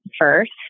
first